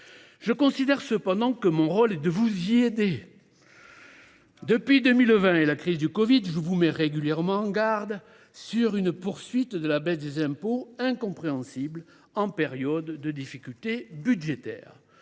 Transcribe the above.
Je considère cependant que mon rôle est de vous y aider. Depuis 2020 et la crise du covid, je vous mets régulièrement en garde sur une poursuite de la baisse des impôts, incompréhensible en période de difficultés budgétaires.